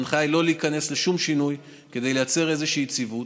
ההנחיה היא לא להיכנס לשום שינוי כדי לייצר איזושהי יציבות.